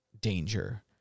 danger